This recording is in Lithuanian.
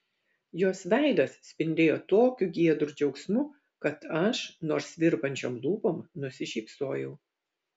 jos veidas spindėjo tokiu giedru džiaugsmu kad aš nors virpančiom lūpom nusišypsojau